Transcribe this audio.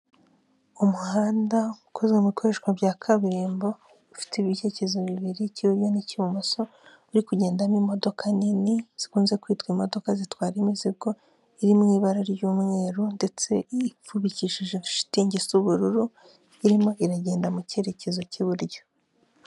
Umuhanda ukozwe mu bikoreshwa bya kaburimbo ufite ibyerekezo bibiri icy'iburyo n'icy'ibumoso uri kugendamo imodoka nini zikunze kwitwa imodoka zitwara imizigo iri mu ibara ry'umweru ndetse ipfundikishije shitingi isa ubururu irimo iragenda mu cyerekezo cy'iburyo.